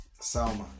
Salma